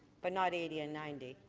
but not eighty and ninety.